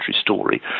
story